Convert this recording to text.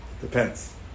depends